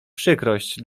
przykrość